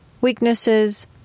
Weaknesses